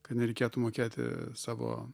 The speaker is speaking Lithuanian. kad nereikėtų mokėti savo